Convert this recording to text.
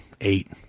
eight